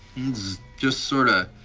just sorta.